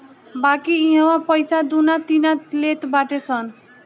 बाकी इहवा पईसा दूना तिना लेट बाटे सन